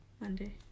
Monday